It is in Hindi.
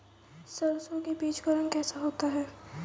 सरसों के बीज का रंग कैसा होता है?